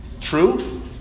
True